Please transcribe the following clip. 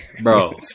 bro